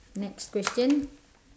next question